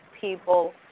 people